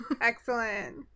Excellent